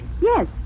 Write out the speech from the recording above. Yes